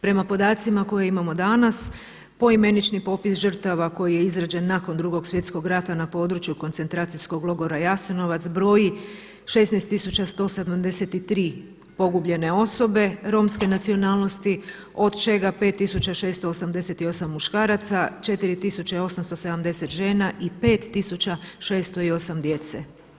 Prema podacima koje imamo danas poimenični popis žrtava koji je izrađen nakon Drugog svjetskog rata na području koncentracijskog logora Jasenovac broji 16173 pogubljene osobe romske nacionalnosti od čega 5678 muškaraca, 4870 žena i 5608 djece.